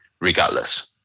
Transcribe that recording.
regardless